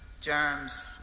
germs